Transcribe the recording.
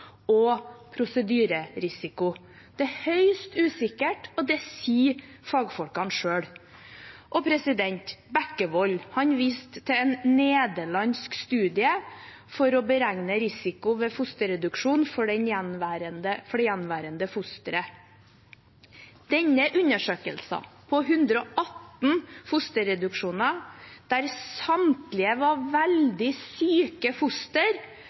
og prosedyrerisiko. Det er høyst usikkert, og det sier fagfolkene selv. Bekkevold viste til en nederlandsk studie for å beregne risiko for det gjenværende fosteret ved fosterreduksjon. Denne undersøkelsen – på 118 fosterreduksjoner, der samtlige var veldig syke foster